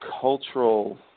cultural